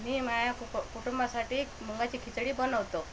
मी माया कुप कुटुंबासाठी मुगाची खिचडी बनवतो